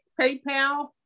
PayPal